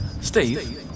Steve